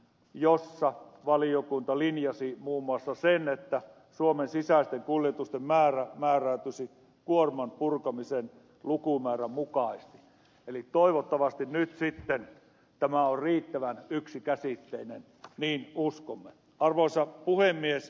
jossa valiokunta linjasi huumassa usein että suomen sisäisten kuljetusten määrä määräytyisi kuorman purkamisen lukumäärän mukaisesti eli toivottavasti nyt riittää tämä on riittävän yksikäsitteinen li uskomme arvoisa puhemies